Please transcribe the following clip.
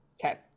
okay